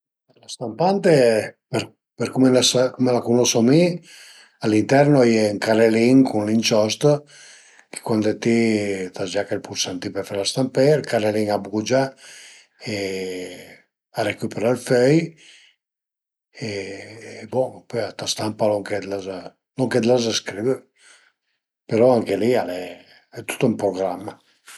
La stampante per cume n'a sai për cume la cunosu mi all'interno a ie ën carelin cun l'inciost e cuande ti të zgnache ël pulsantin për fela stampé ël carelin a bugia e a recüpera ël föi e bon e pöi a të stampa lon che l'as lon che l'as scrivü però anche li al e tüt ën programma